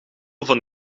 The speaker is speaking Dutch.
van